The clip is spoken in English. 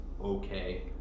okay